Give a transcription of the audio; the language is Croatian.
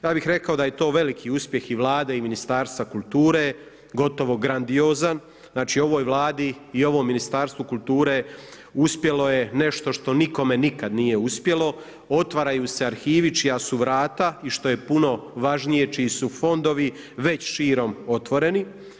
Ja bih rekao da je to veliki uspjeh i Vlade i Ministarstva kulture, gotovo grandiozan, znači ovoj Vladi i ovom Ministarstvu kulture uspjelo je nešto što nikome nikad nije uspjelo, otvaraju se arhivi čija su vrata i što je puno važnije čiji su fondovi već širom otvoreni.